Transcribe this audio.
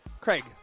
Craig